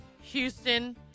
Houston